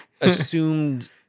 assumed